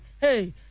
Hey